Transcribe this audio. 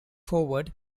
forward